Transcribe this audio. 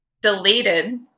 deleted